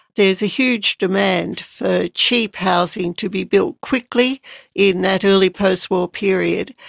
there's a huge demand for cheap housing to be built quickly in that early post-war period.